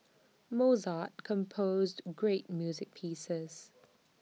Mozart composed great music pieces